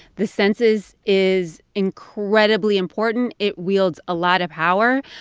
the census is incredibly important. it wields a lot of power.